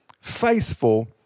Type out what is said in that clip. faithful